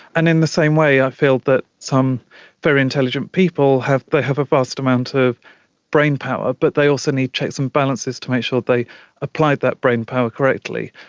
and in the same way i feel that some very intelligent people, they have a vast amount of brain power, but they also need checks and balances to make sure they apply that brain power correctly,